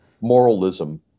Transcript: moralism